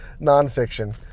nonfiction